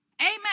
Amen